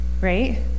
Right